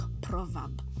proverb